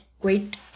great